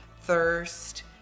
thirst